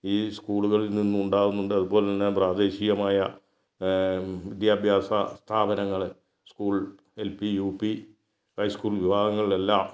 ഈ സ്കൂളുകളിൽ നിന്ന് ഉണ്ടാകുന്നുണ്ട് അതുപോലെ തന്നെ പ്രാദേശികമായ വിദ്യാഭ്യാസ സ്ഥാപനങ്ങൾ school L P U P high school വിഭാഗങ്ങളിലെല്ലാം